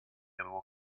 will